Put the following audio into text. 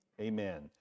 Amen